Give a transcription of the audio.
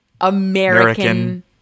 American